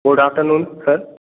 good afternoon sir